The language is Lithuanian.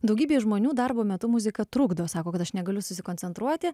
daugybei žmonių darbo metu muzika trukdo sako kad aš negaliu susikoncentruoti